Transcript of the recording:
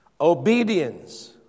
Obedience